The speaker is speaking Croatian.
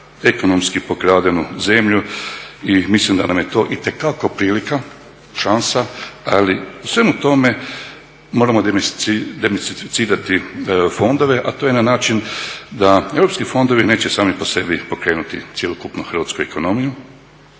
ekonomski pokradenu zemlju i mislim da nam je to itekako prilika, šansa ali u svemu tome moramo demistificirati fondove a to je na način da europski fondovi neće sami po sebi pokrenuti cjelokupnu hrvatsku ekonomiju,